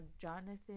Jonathan